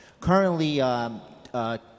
Currently